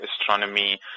astronomy